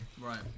Right